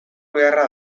beharra